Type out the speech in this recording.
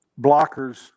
blockers